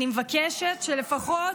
אני מבקשת שלפחות,